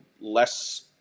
less